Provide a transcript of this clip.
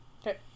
Okay